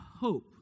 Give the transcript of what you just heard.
hope